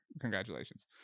congratulations